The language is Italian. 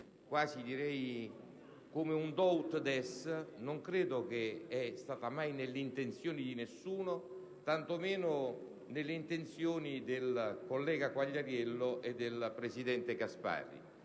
quasi come un *do ut des*, non credo che ciò sia stato mai nelle intenzioni di nessuno, e tanto meno nelle intenzioni del collega Quagliariello e del presidente Gasparri.